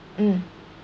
mm